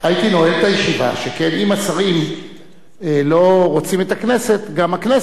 סגן שר הבריאות, שאמור להיות לאחריו, וגם שר